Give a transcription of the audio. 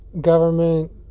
government